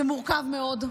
זה מורכב מאוד,